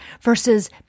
versus